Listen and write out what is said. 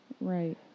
Right